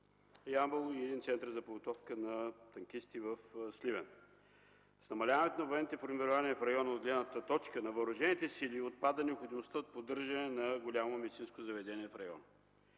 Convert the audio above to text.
Ямбол и един Център за подготовка на танкисти в Сливен. С намаляването на военните формирования в района, от гледна точка на въоръжените сили, отпада необходимостта от поддържане на голямо медицинско заведение в района.